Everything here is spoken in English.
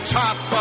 top